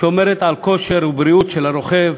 שומרת על הכושר והבריאות של הרוכב,